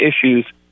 issues